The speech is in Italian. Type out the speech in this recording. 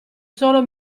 solo